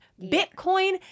Bitcoin